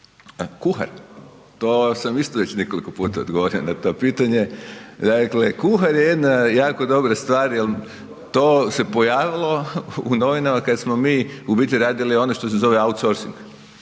Kuhar, to sam već isto nekoliko puta odgovorio na to pitanje. Dakle, kuhar je jedna jako dobra stvar jer to se pojavilo u novinama kada smo mi u biti radili ono što se zove outsorcing.